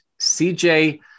CJ